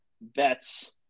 bets